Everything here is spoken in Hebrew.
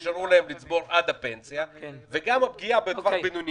ההכשרות המקצועיות מתבצעות כל השנה בואכה אמצע שנה הבאה ואפילו מעבר